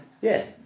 yes